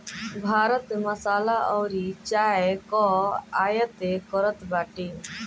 भारत मसाला अउरी चाय कअ आयत करत बाटे